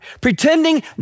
Pretending